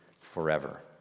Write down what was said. forever